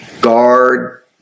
Guard